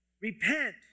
Repent